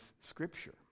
scripture